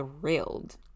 thrilled